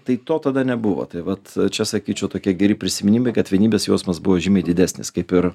tai to tada nebuvo tai vat čia sakyčiau tokie geri prisiminimai kad vienybės jausmas buvo žymiai didesnis kaip ir